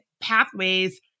pathways